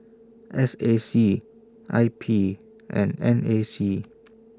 S A C I P and N A C